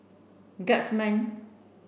guardsman